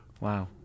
wow